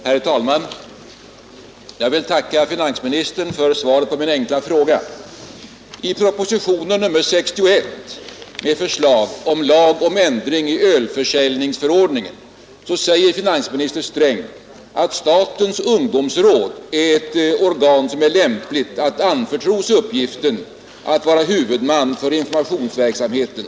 Herr talman! Jag vill tacka finansministern för svaret på min enkla fråga. I propositionen 61 med förslag till lag om ändring i ölförsäljningsförordningen säger finansminister Sträng att statens ungdomsråd är ett organ som är lämpligt att anförtros uppgiften att vara huvudman för informationsverksamheten.